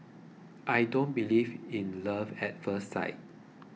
I don't believe in love at first sight